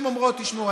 הן אומרות: תשמעו,